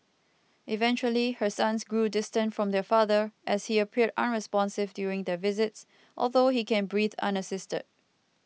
eventually her sons grew distant from their father as he appeared unresponsive during their visits although he can breathe unassisted